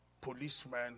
policemen